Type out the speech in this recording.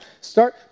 Start